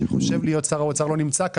מי שחושב להיות שר האוצר לא נמצא כאן.